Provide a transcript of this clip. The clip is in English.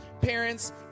Parents